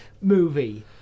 movie